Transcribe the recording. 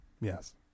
Yes